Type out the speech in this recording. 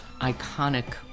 iconic